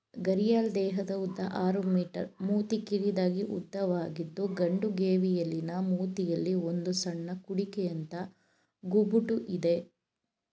ಘರಿಯಾಲ್ ದೇಹದ ಉದ್ದ ಆರು ಮೀ ಮೂತಿ ಕಿರಿದಾಗಿ ಉದ್ದವಾಗಿದ್ದು ಗಂಡು ಗೇವಿಯಲಿನ ಮೂತಿಯಲ್ಲಿ ಒಂದು ಸಣ್ಣ ಕುಡಿಕೆಯಂಥ ಗುಬುಟು ಇದೆ